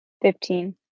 Fifteen